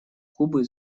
кубы